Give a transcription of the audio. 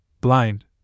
blind